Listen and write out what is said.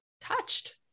touched